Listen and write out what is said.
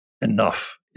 enough